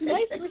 Nice